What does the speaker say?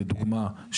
לדוגמא,